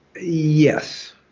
Yes